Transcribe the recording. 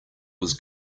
was